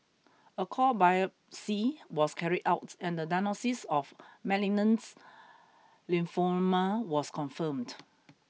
a core biopsy was carried out and the diagnosis of malignant lymphoma was confirmed